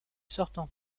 sortant